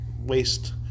waste